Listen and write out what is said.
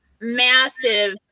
massive